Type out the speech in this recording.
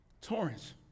Torrance